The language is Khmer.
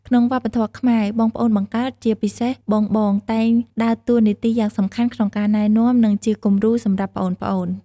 ក្នុងវប្បធម៌ខ្មែរ បងប្អូនបង្កើត ជាពិសេសបងៗ តែងដើរតួនាទីយ៉ាងសំខាន់ក្នុងការណែនាំ និងជាគំរូសម្រាប់ប្អូនៗ ។